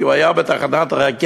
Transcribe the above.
כי הוא היה בתחנת הרכבת,